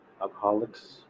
alcoholics